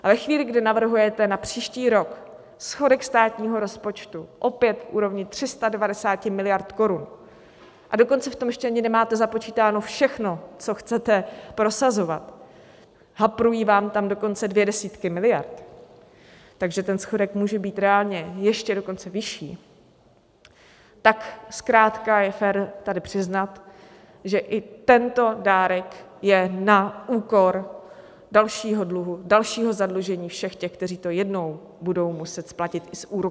A ve chvíli, kdy navrhujete na příští rok schodek státního rozpočtu opět v úrovni 390 miliard korun, a dokonce v tom ještě ani nemáte započítáno všechno, co chcete prosazovat, haprují vám tam dokonce dvě desítky miliard, takže ten schodek může být reálně ještě dokonce vyšší, tak zkrátka je fér tady přiznat, že i tento dárek je na úkor dalšího dluhu, dalšího zadlužení všech těch, kteří to jednou budou muset splatit i s úroky.